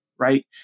Right